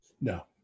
No